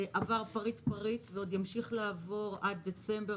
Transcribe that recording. עבר פריט-פריט ועוד ימשיך לעבור עד דצמבר,